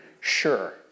sure